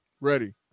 Ready